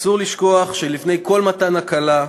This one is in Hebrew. אסור לשכוח שלפני כל מתן הקלה,